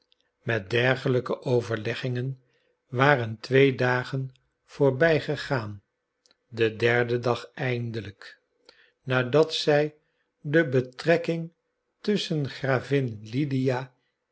met dergelijke overleggingen waren twee dagen voorbijgegaan den derden dag eindelijk nadat zij de betrekking tusschen gravin lydia